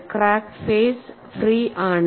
crack face free ആണ്